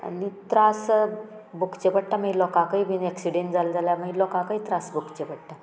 आनी त्रास भोगचे पडटा मागीर लोकाकय बीन एक्सिडेंट जालें जाल्यार मागीर लोकाकय त्रास भोगचें पडटा